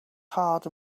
hard